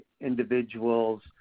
individuals